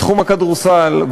בתחום הכדורסל,